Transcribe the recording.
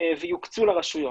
ינוצלו ויוקצו לרשויות.